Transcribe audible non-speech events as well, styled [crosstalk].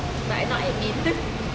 but not admin [laughs]